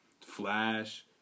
Flash